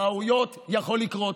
טעויות יכולות לקרות.